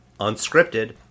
unscripted